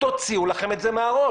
תוציאו לכם את זה מהראש.